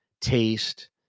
taste